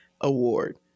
award